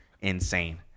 insane